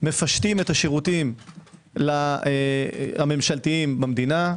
מפשטים את השירותים הממשלתיים במדינה,